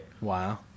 Wow